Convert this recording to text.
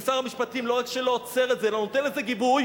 ושר המשפטים לא רק שלא עוצר את זה אלא נותן לזה גיבוי,